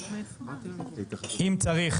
ואם צריך,